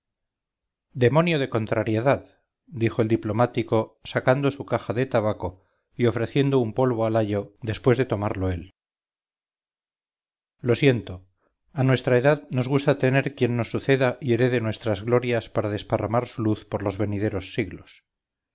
demonio de contrariedad dijo el diplomático sacando su caja de tabaco y ofreciendo un polvo al ayo después de tomarlo él lo siento a nuestra edad nos gusta tener quien nos suceda y herede nuestras glorias para desparramar su luz por los venideros siglos